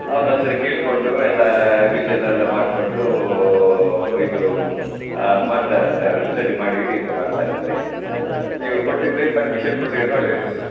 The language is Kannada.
ಅವ್ನ ಹತ್ತಿರ ಕೇಳಿಕೊಂಡು ಎಲ್ಲ ರೀವ್ಜನ್ನೆಲ್ಲ ಮಾಡ್ಕೊಂಡು ಇದು ಮಾಡ್ತಾರಂತೆ ಅವರು ಸ್ಟಡಿ ಮಾಡಿ ಇದು ಮಾಡ್ತಾರಂತೆ ನೀವು ಕೊಟ್ಟಿದ್ರೆ ಪರ್ಮಿಷನ್ ಕೊಟ್ಟಿದ್ದರೆ ಒಳ್ಳೆಯದಿತ್ತು